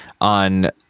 On